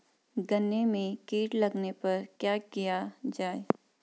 गन्ने में कीट लगने पर क्या किया जाये?